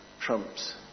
trumps